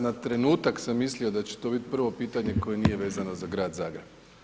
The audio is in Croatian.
Na trenutak sam mislio da će to biti prvo pitanje koje nije vezano za grad Zagreb.